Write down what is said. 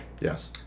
Yes